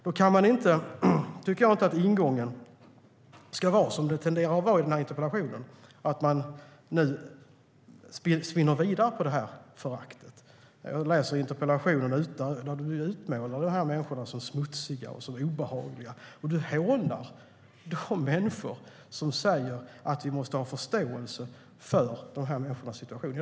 Då ska ingången inte vara, som den tenderar att vara i interpellationen, att spinna vidare på föraktet. I sin interpellation utmålar Markus Wiechel dessa människor som smutsiga och obehagliga och hånar dem som säger att vi måste ha förståelse för dessa människors situation.